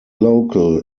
local